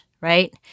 right